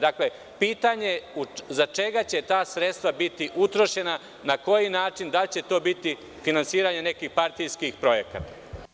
Dakle, pitanje za čega će ta sredstva biti utrošena, na koji način, da li će to biti finansiranje nekih partijskih projekata?